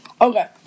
Okay